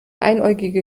einäugige